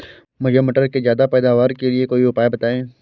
मुझे मटर के ज्यादा पैदावार के लिए कोई उपाय बताए?